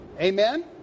Amen